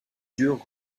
dure